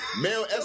Male